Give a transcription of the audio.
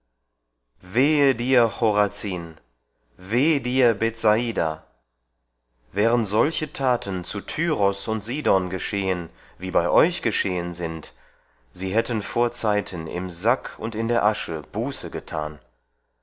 wehe dir chorazin weh dir bethsaida wären solche taten zu tyrus und sidon geschehen wie bei euch geschehen sind sie hätten vorzeiten im sack und in der asche buße getan